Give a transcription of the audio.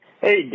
Hey